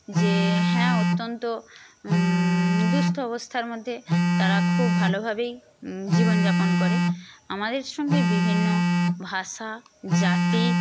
যে হ্যাঁ অত্যন্ত দুস্থ অবস্থার মধ্যে তারা খুব ভালোভাবেই জীবনযাপন করে আমাদের সঙ্গে বিভিন্ন ভাষা জাতি